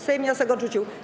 Sejm wniosek odrzucił.